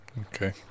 Okay